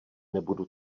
nebudu